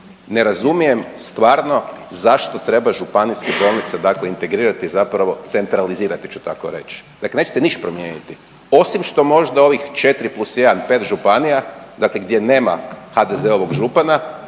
ne razumijem stvarno zašto treba županijske bolnice dakle integrirati zapravo centralizirati ću tako reći, dakle neće se niš promijeniti osim što možda ovih 4+1, 5 županija, dakle gdje nema HDZ-ovog župana,